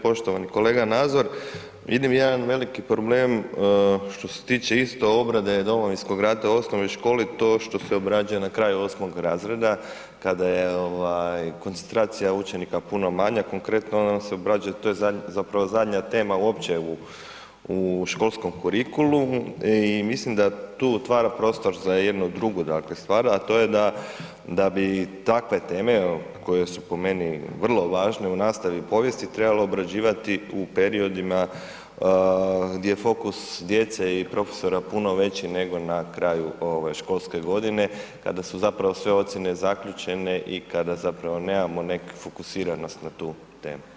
Poštovani kolega Nazor, vidim jedan veliki problem što se tiče isto obrade Domovinskog rata u osnovnoj školi, to što se obrađuje na kraju 8. razreda kada je koncentracija učenika puno manja, konkretno, ona nam se obrađuje, to je zapravo zadnja tema uopće u školskom kurikulumu i mislim da tu otvara prostor za jednu drugu, dakle, stvar, a to je da bi takve teme, koje su po meni vrlo važne u nastavi povijesti, trebalo obrađivati u periodima gdje je fokus djece i profesora puno veći, nego na kraju školske godine, kada su zapravo sve ocijene zaključene i kada zapravo nemamo neku fokusiranost na tu temu.